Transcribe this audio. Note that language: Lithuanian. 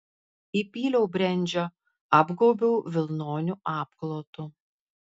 įpyliau brendžio apgaubiau vilnoniu apklotu